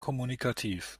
kommunikativ